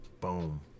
Boom